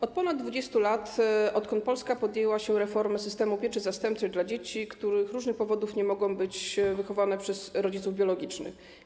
Od ponad 20 lat, odkąd Polska podjęła się reformy systemu pieczy zastępczej dla dzieci, które z różnych powodów nie mogą być wychowane przez rodziców biologicznych.